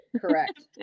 Correct